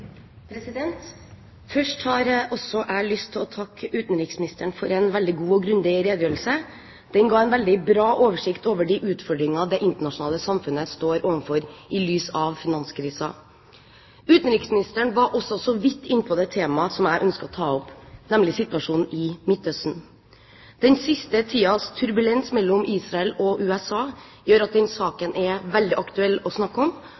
utfordringene det internasjonale samfunnet står overfor i lys av finanskrisen. Utenriksministeren var også så vidt inne på det temaet som jeg ønsker å ta opp, nemlig situasjonen i Midtøsten. Den siste tidens turbulens mellom Israel og USA gjør at den saken er veldig aktuell å snakke om,